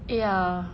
ya